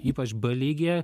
ypač b lygyje